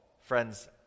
friends